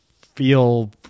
feel